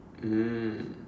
mm